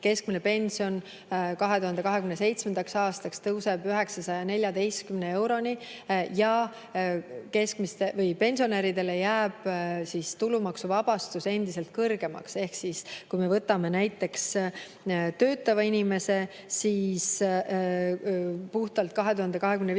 keskmine pension 2027. aastaks tõuseb 914 euroni ja pensionäridele jääb tulumaksuvabastus endiselt kõrgemaks. Ehk kui me võtame näiteks töötava inimese, siis 2025.